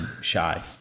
shy